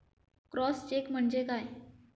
Cross check म्हणजे काय?